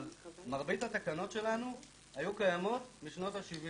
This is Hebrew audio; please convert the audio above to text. אבל מרבית התקנות שלנו היו קיימות בשנות ה-70'.